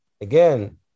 again